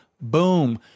Boom